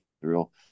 real